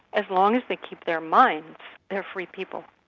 as long as they keep their minds they are free people.